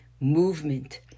movement